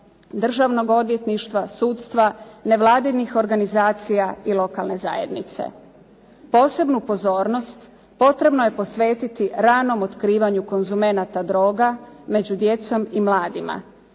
državnog odvjetništva, sudstva, nevladinih organizacija i lokalne zajednice. Posebnu pozornost potrebno je posvetiti ranom otkrivanju konzumenata droga među djecom i mladima